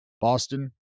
Boston